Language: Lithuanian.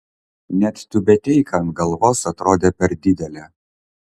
net tiubeteika ant galvos atrodė per didelė